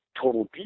total